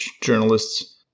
journalists